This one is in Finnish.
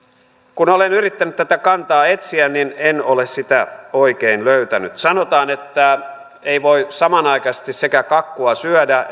kun olen yrittänyt tätä kantaa etsiä niin en ole sitä oikein löytänyt sanotaan että ei voi samanaikaisesti sekä kakkua syödä